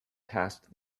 past